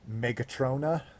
Megatrona